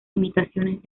limitaciones